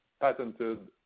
patented